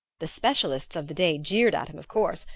the specialists of the day jeered at him, of course,